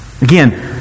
Again